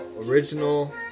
original